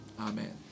amen